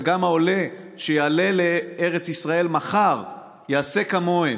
וגם העולה שיעלה לארץ ישראל מחר יעשה כמוהם,